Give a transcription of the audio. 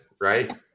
right